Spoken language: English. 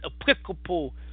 applicable